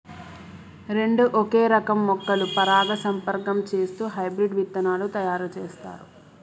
రెండు ఒకే రకం మొక్కలు పరాగసంపర్కం చేస్తూ హైబ్రిడ్ విత్తనాలు తయారు చేస్తారు